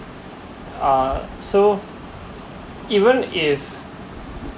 uh so even if